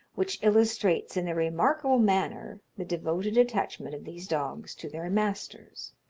which illustrates in a remarkable manner the devoted attachment of these dogs to their masters